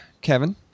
Kevin